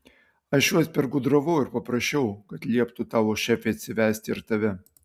aš juos pergudravau ir paprašiau kad lieptų tavo šefei atsivesti ir tave